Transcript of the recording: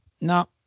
no